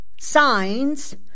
Signs